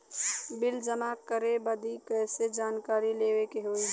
Bill जमा करे बदी कैसे जानकारी लेवे के होई?